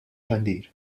xandir